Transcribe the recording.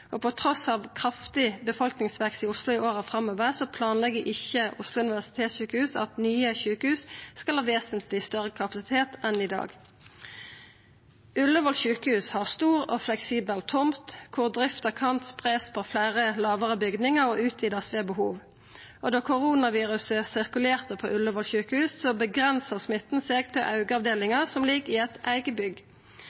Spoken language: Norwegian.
Trass i kraftig befolkningsvekst i Oslo i åra framover planlegg ikkje Oslo universitetssjukehus at nye sjukehus skal ha vesentleg større kapasitet enn i dag. Ullevål sjukehus har stor og fleksibel tomt der drifta kan spreiast på fleire lågare bygningar og utvidast ved behov. Då koronaviruset sirkulerte på Ullevål sjukehus, var smitten avgrensa til